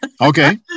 Okay